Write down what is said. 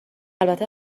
البته